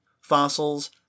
fossils